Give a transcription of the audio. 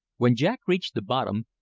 when jack reached the bottom,